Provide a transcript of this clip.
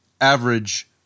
average